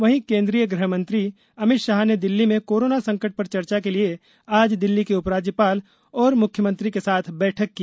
वहीं केन्द्रीय गृहमंत्री अमित शाह ने दिल्ली में कोरोना संकट पर चर्चा के लिए आज दिल्ली के उपराज्यपाल और मुख्यमंत्री के साथ बैठक की